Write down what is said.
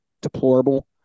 deplorable